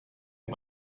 est